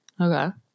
okay